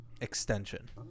Extension